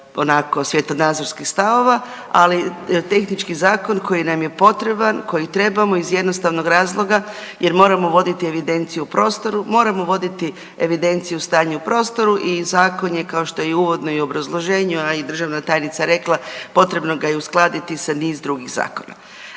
onako, svjetonazorskih stavova, ali tehnički zakon koji nam je potreban, koji trebamo iz jednostavnog razloga jer moramo voditi evidenciju u prostoru, moramo voditi evidenciju stanja u prostoru i Zakon je, kao što je i uvodno u obrazloženju, a i državna tajnica rekla, potrebno ga je uskladiti sa niz drugih zakona.